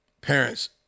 parents